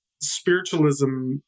spiritualism